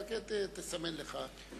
אתה תסמן לך,